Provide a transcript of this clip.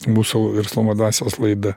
mūsų verslumo dvasios laida